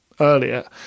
earlier